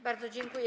Bardzo dziękuję.